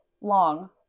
long